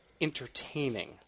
entertaining